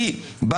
אני מוכן לקבל את